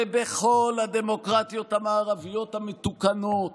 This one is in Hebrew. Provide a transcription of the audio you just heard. ובכל הדמוקרטיות המערביות המתוקנות